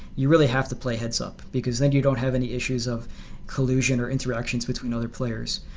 you really have to play heads-up, because then you don't have any issues of collusion or interactions between other players.